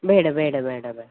ಬೇಡ ಬೇಡ ಬೇಡ ಬೇಡ